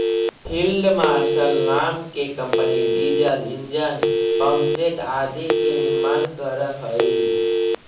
field marshal नाम के company diesel engine, pumpset आदि के निर्माण करऽ हई